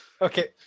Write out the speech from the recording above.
Okay